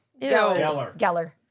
Geller